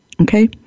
Okay